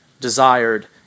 desired